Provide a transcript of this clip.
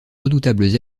redoutables